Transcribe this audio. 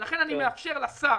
ולכן אני מאפשר לשר,